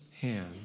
hand